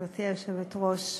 גברתי היושבת-ראש,